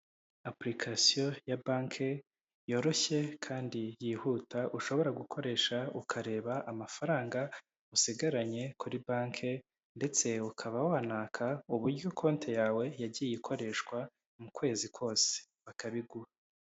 Apulikasiyo ya banki yoroshye kandi yihuta ushobora gukoresha ukareba amafaranga usigaranye kuri banki, ndetse ukaba wanaka uburyo konti yawe yagiye ikoreshwa mu kwezi kose bakabiguraha.